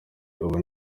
ubu